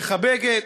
מחבקת.